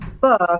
book